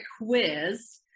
quiz